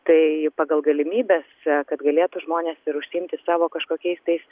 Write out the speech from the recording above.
tai pagal galimybes kad galėtų žmonės ir užsiimti savo kažkokiais tais